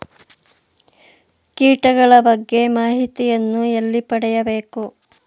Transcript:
ಕೀಟಗಳ ಬಗ್ಗೆ ಮಾಹಿತಿಯನ್ನು ಎಲ್ಲಿ ಪಡೆಯಬೇಕು?